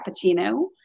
cappuccino